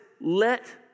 let